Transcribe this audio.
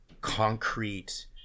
concrete